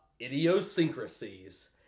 idiosyncrasies